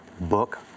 book